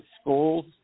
schools